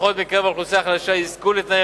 לקוחות מקרב האוכלוסייה החלשה יזכו לתנאי